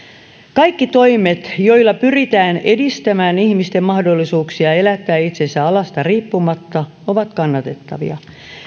kaikki toimet joilla pyritään edistämään ihmisten mahdollisuuksia elättää itsensä alasta riippumatta ovat kannatettavia